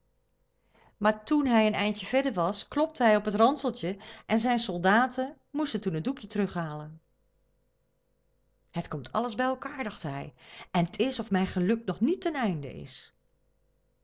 maar toen hij een eindje ver was klopte hij op het ranseltje en zijn soldaten moesten toen het doekje terughalen het komt alles bij elkaâr dacht hij en t is of mijn geluk nog niet ten einde is